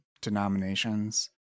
denominations